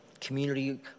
community